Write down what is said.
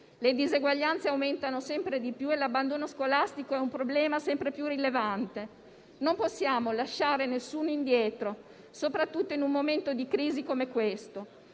le diseguaglianze aumentano sempre di più e l'abbandono scolastico è un problema sempre più rilevante. Non possiamo lasciare nessuno indietro, soprattutto in un momento di crisi come questo.